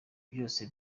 byose